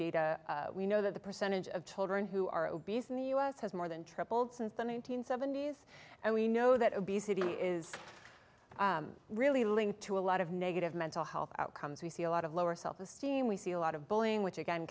data we know that the percentage of children who are obese in the u s has more than tripled since the one nine hundred seventy s and we know that obesity is really linked to a lot of negative mental health outcomes we see a lot of lower self esteem we see a lot of bullying which again